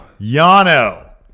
Yano